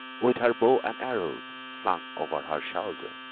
with her bow and arrows slung over her shoulder.